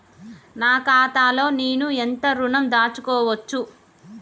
నా ఖాతాలో నేను ఎంత ఋణం దాచుకోవచ్చు?